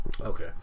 Okay